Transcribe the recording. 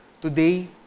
Today